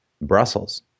Brussels